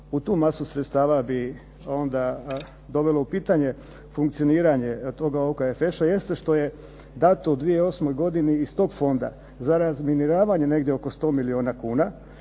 u tu masu sredstava onda i dovelo u pitanje funkcioniranja toga OKFŠ-a jeste što je dato u 2008. godini iz toga fonda za razminiravanje negdje oko 100 milijuna kuna,